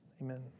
Amen